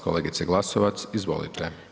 Kolegice Glasovac, izvolite.